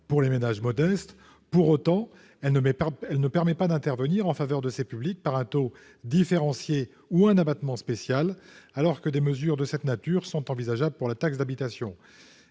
pour les ménages modestes. Pour autant, elle ne permet pas d'intervenir en faveur de ces publics par un taux différencié ou un abattement spécial, alors que des mesures de cette nature sont envisageables pour la taxe d'habitation.